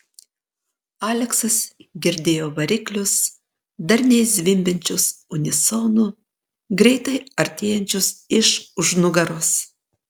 aleksas girdėjo variklius darniai zvimbiančius unisonu greitai artėjančius iš už nugaros